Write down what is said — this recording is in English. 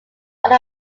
all